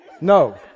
no